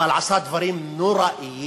אבל עשה דברים נוראיים,